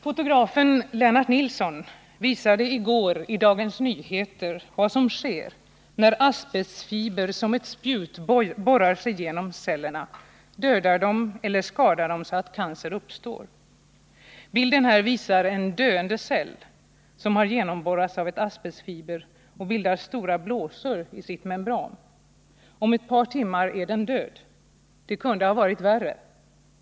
Fotografen Lennart Nilsson visade i går i DN vad som sker när asbestfiber som ett spjut borrar sig genom cellerna, dödar dem eller skadar dem så att cancer uppstår. Den bild som visas på kammarens TV-skärm är ett fotografi av en döende cell som har genomborrats av en asbetstfiber och bildar stora blåsor i sin membran. Om ett par timmar är cellen död. Det kunde ha varit värre.